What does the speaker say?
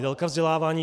Délka vzdělávání.